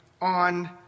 on